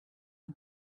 who